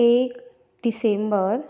एक डिसेंबर